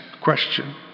question